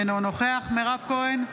אינו נוכח מירב כהן,